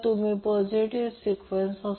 तर हा A आहे हा B आहे